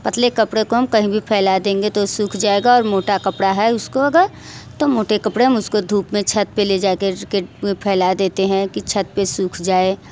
पतले कपड़े को हम कहीं भी फैला देंगे तो सूख जाएगा और मोटा कपड़ा है उसको अगर तो मोटे कपड़े हम उसको धूप में छत पर ले जाकर फैला देते हैं की छत पर सूख जाए